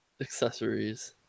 Accessories